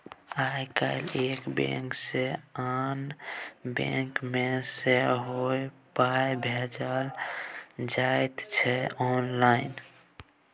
आय काल्हि एक बैंक सँ आन बैंक मे सेहो पाय भेजल जाइत छै आँनलाइन